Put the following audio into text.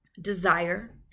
desire